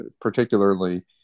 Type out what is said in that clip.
particularly